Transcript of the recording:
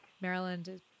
Maryland